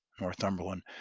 Northumberland